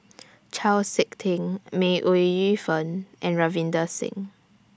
Chau Sik Ting May Ooi Yu Fen and Ravinder Singh